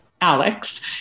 alex